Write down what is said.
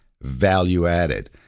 Value-added